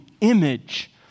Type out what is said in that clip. image